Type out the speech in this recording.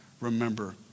remember